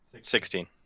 sixteen